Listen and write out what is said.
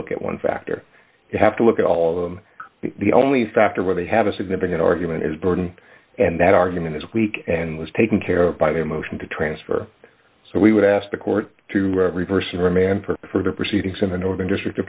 look at one factor you have to look at all of them the only factor where they have a significant argument is burden and that argument is weak and was taken care of by the motion to transfer so we would ask the court to reverse and remand for further proceedings in the northern district